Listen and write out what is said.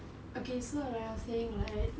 okay so like I was saying right